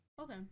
okay